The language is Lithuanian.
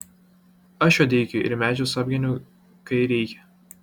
aš juodeikiui ir medžius apgeniu kai reikia